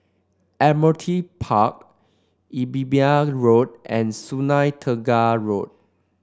Admiralty Park Imbiah Road and Sungei Tengah Road